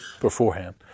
beforehand